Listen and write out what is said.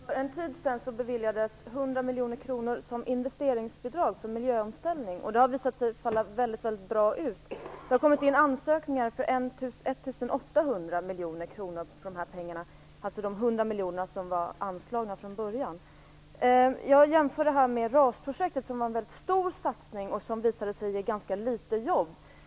Fru talman! Jag har en fråga till arbetsmarknadsministern. För en tid sedan beviljades 100 miljoner kronor till investeringsbidrag för miljöomställning, och detta har visat sig falla mycket väl ut. Det har kommit in ansökningar om 1 800 miljoner avseende de anslagna 100 miljonerna. Jag vill jämföra detta med RAS-projektet, en mycket stor satsning som visade sig ge ganska få jobb.